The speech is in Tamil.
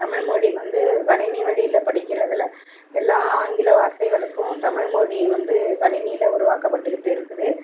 தமிழ்மொழி வந்து கணினி வழியில் படிக்கிறதில் எல்லா ஆங்கில வார்த்தைகளுக்கும் தமிழ்மொழி வந்து கணினியில் உருவாக்கப்பட்டுக்கிட்டு இருக்குது